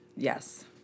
Yes